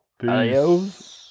Peace